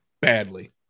badly